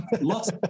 Lots